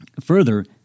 Further